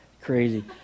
crazy